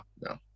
no